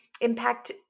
impact